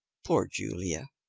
poor julia,